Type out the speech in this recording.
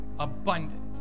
abundant